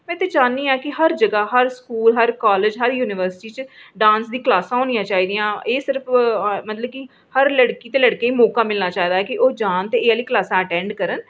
में ते चाह्न्नी आं कि हर जगह हर स्कूल हर कॉलेज़ हर युनिवर्सिटी च डांस दियां क्लासां होना चाही दियां हर लड़के ते लड़की गी मौका मिलना चाहिदा ऐ की ओह् जान ते ओह् आह्ली क्लासां अटैंड करन